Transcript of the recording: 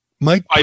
Mike